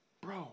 Bro